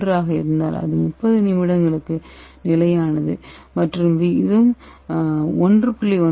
1 ஆக இருந்தால் அது 30 நிமிடங்களுக்கு நிலையானது மற்றும் விகிதம் 1